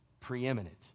preeminent